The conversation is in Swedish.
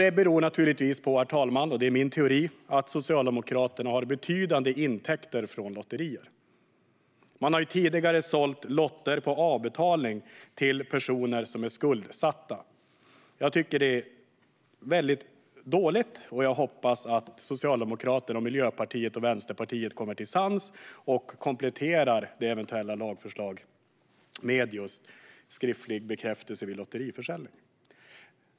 Detta beror naturligtvis på - det är min teori - att Socialdemokraterna har betydande intäkter från lotterier. Man har tidigare sålt lotter på avbetalning till personer som är skuldsatta. Jag tycker att det är väldigt dåligt. Jag hoppas att Socialdemokraterna, Miljöpartiet och Vänsterpartiet kommer till sans och kompletterar det eventuella lagförslaget med just skriftlig bekräftelse vid lotteriförsäljning.